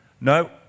no